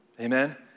Amen